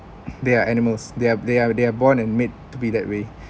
they are animals they are they are they are born and made to be that way